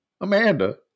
Amanda